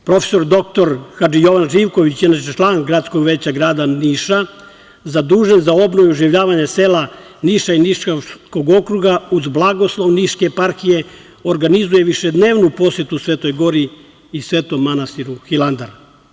Profesor dr Hadži Jovan Živković, inače član gradskog veća grada Niša, zadužen za obnovu i oživljavanje sela Niša i Niškog okruga, uz blagoslov Niške eparhije, organizuje višednevnu posetu Svetoj gori i Svetom manastiru Hilandar.